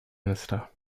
minister